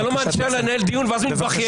אתה לא מצליח לנהל דיון ואז מתבכיין.